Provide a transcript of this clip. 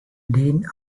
dean